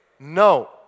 No